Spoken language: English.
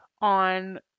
on